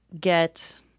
get